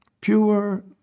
pure